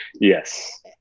Yes